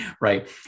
Right